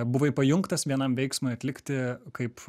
buvai pajungtas vienam veiksmui atlikti kaip